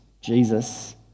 Jesus